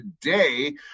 today